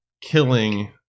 killing